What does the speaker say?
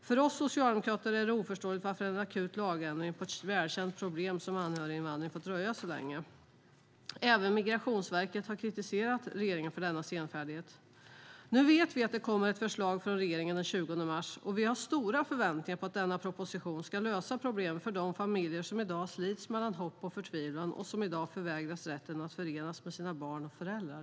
För oss socialdemokrater är det oförståeligt varför en akut lagändring för ett välkänt problem, som anhöriginvandring, fått dröja så länge. Även Migrationsverket har kritiserat regeringen för denna senfärdighet. Nu vet vi att det kommer ett förslag från regeringen den 20 mars. Vi har stora förväntningar på att denna proposition ska lösa problemet för de familjer som i dag slits mellan hopp och förtvivlan och förvägras rätten att förenas med sina barn och föräldrar.